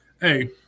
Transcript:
Hey